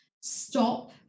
stop